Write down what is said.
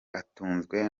atunzwe